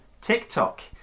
TikTok